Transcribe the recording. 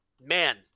man